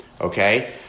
Okay